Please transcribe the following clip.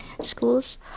schools